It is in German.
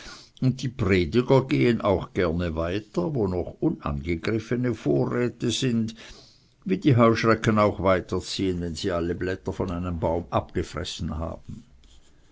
und die prediger gehen auch gerne weiter wo noch unangegriffene vorräte sind wie die heuschrecken auch weiter ziehen wenn sie alle blätter von einem baume abgefressen haben